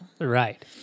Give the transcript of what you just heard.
Right